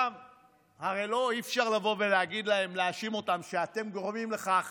הרי אי-אפשר להאשים אותם שהם גורמים לכך